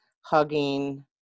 hugging